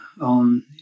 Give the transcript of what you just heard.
on